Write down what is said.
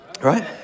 right